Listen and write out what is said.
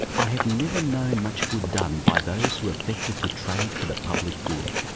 i have never known much good done by those who affected to trade for the public good.